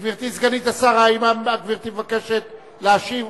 גברתי סגנית השר, האם גברתי מבקשת להשיב?